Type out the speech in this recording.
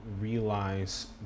realize